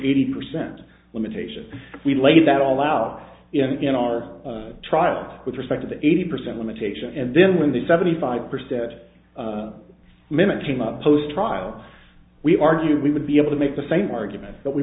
eighty percent limitation we laid that all out in our trial with respect to the eighty percent limitation and then when the seventy five percent of minutes came up post trial we argued we would be able to make the same argument that we